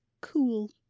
cool